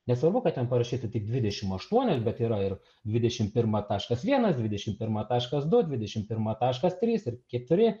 nesvarbu kad ten parašyta tik dvidešim aštuonios bet yra ir dvidešim pirma taškas vienas dvidešim pirma taškas dvidešim pirma taškas trys ir keturi